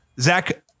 Zach